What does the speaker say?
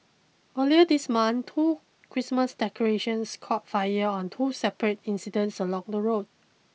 earlier this month two Christmas decorations caught fire on two separate incidents along the road